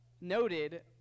noted